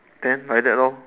then like that lor